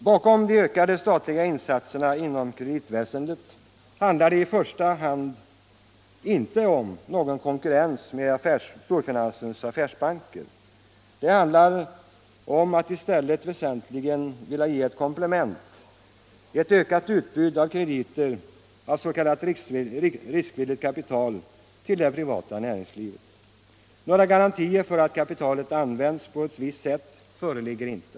Bakom de ökade statliga insatserna inom kreditväsendet handlar det ju i första hand inte om någon konkurrens med storfinansens affärsbanker; det handlar i stället om att väsentligen ge ett komplement — ett ökat utbyte av krediter, s.k. riskvilligt kapital, till det privata näringslivet. Några garantier för att kapitalet används på ett visst sätt föreligger inte.